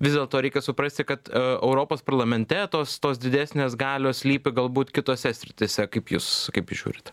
vis dėlto reikia suprasti kad europos parlamente tos tos didesnės galios slypi galbūt kitose srityse kaip jūs kaip jūs žiūrit